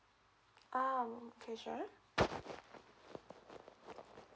ah okay sure